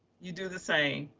you do the same.